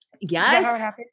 Yes